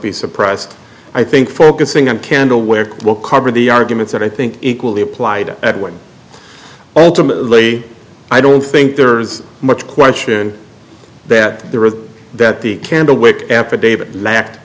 be surprised i think focusing on candlewick will cover the arguments and i think equally applied at one alternately i don't think there's much question that the reason that the candlewick affidavit lack